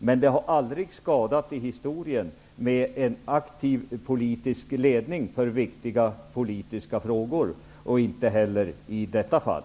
Det har dock aldrig skadat i historien med en aktiv politisk ledning för viktiga politiska frågor -- och inte heller i detta fall.